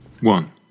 one